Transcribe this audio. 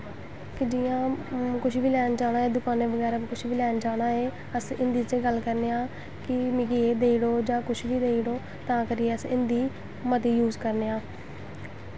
जियां कुछ बी लैन जान होऐ दकाना पर कुछ बी लैन जाना होऐ अस हिन्दी च गल्ल करने आं कि मिगी एह् देई ओड़ो जां कुछ बी देई ओड़ो तां करियै अस हिन्दी मती यूज करने आं